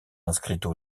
inscrites